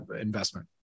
investment